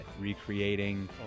recreating